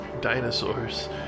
dinosaurs